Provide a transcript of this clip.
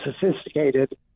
sophisticated